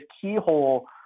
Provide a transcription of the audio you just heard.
keyhole